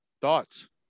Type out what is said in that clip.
thoughts